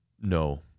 no